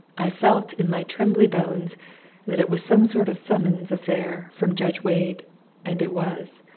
i felt in my trembly bones that it was some sort of summons affair from judge wade and it was.